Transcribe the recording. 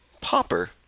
Popper